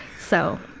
so,